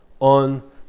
on